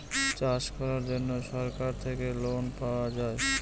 চাষ করার জন্য সরকার থেকে লোন পাওয়া যায়